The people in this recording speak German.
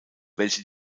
welche